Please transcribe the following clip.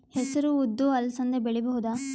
ಹೆಸರು ಉದ್ದು ಅಲಸಂದೆ ಬೆಳೆಯಬಹುದಾ?